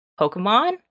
Pokemon